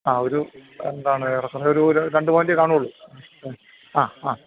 ആ ഒരു എന്താണ് ഏറെക്കുറെ ഒരു രണ്ടു പവൻ്റെയേ കാണുകയുളളു ആ ആ